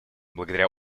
благодаря